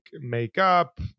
makeup